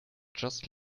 just